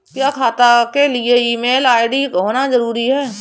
क्या खाता के लिए ईमेल आई.डी होना जरूरी है?